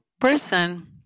person